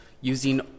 using